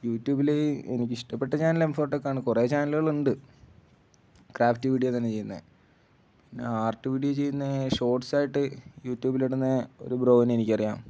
you ട്യൂബില് എനിക്കിഷ്ടപ്പെട്ട channel എം ഫോട്ടെക്കാണ് കുറേ ചാനലുകളുണ്ട് ക്രാഫ്റ്റ് വീഡിയോ തന്നെ ചെയ്യുന്നേ പിന്നെ ആർട്ട് വീഡിയോ ചെയ്യുന്ന ഷോർട്സായിട്ട് യൂ ട്യൂബിലിടുന്ന ഒരു ബ്രോയിനെ എനിക്കറിയാം